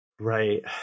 Right